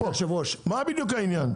מה בדיוק העניין?